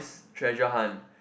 treasure hunt